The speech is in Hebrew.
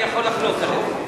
אני יכול לחלוק עליך.